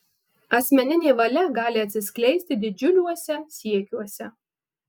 asmeninė valia gali atsiskleisti didžiuliuose siekiuose